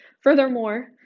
Furthermore